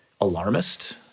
alarmist